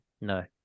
No